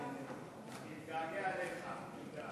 חבר הכנסת אורי מקלב.